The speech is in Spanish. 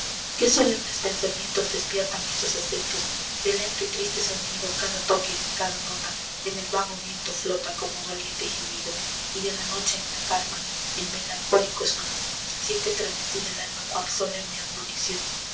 qué solemnes pensamientos despiertan esos acentos del lento y triste sonido cada toque cada nota en el vago viento flota como doliente gemido y de la noche en la calma el melancólico són siente estremecida el alma cual solemne admonición